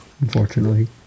unfortunately